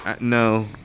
no